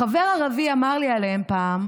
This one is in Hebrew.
// חבר ערבי אמר לי עליהם פעם,